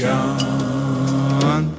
John